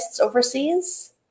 overseas